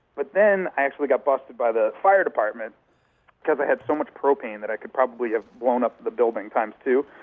but then i actually got busted by the fire department because i had so much propane that i could probably have blown up the building times two